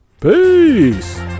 peace